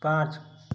पाँच